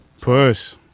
Push